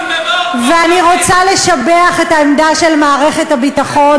ואני רוצה לשבח את העמדה של מערכת הביטחון,